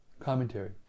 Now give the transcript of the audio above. Commentary